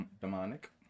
Demonic